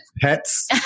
pets